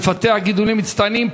לפתח גידולים מצטיינים,